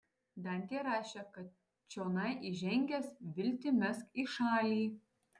dantė rašė kad čionai įžengęs viltį mesk į šalį